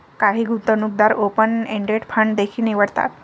काही गुंतवणूकदार open ended fund देखील निवडतात